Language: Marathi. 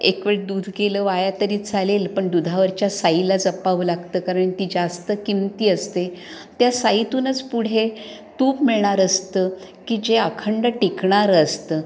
एक वेळ दूध गेलं वाया तरी चालेल पण दुधावरच्या साईला जपावं लागतं कारण ती जास्त किमती असते त्या साईतूनच पुढे तूप मिळणार असतं की जे अखंड टिकणारं असतं